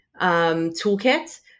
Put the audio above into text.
toolkit